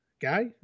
guy